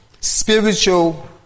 Spiritual